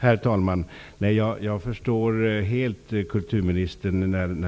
Herr talman! Jag förstår kulturministern helt